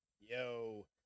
Yo